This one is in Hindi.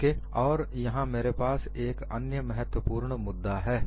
ओके और यहां मेरे पास एक अन्य महत्वपूर्ण मुद्दा है